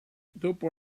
dopo